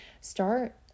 Start